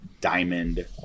diamond